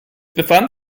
befand